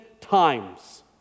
times